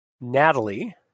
Natalie